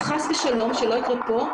אם כן, חס ושלום שלא יקרה כאן.